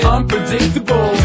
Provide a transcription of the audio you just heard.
Unpredictable